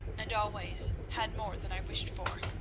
and always had more than i wished for.